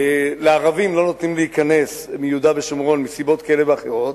לערבים לא נותנים להיכנס מיהודה ושומרון מסיבות כאלה ואחרות,